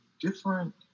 different